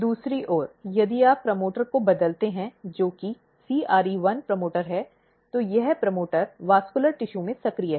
दूसरी ओर यदि आप प्रमोटर को बदलते हैं जो कि CRE1 प्रमोटर है तो यह प्रमोटर संवहनी ऊतक में सक्रिय है